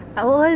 I wa~ was